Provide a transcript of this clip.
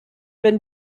wenn